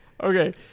Okay